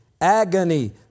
agony